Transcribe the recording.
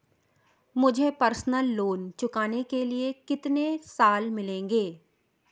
मुझे personal loan चुकाने के लिए कितने साल मिलेंगे?